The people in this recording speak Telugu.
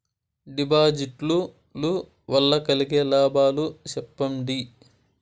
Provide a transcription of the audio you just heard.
డిపాజిట్లు లు వల్ల కలిగే లాభాలు సెప్పండి?